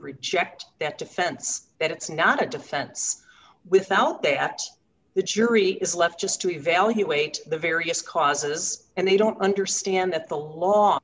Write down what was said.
reject that defense that it's not a defense without they have the jury is left just to evaluate the various causes and they don't understand that the law